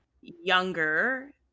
younger